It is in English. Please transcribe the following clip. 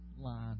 line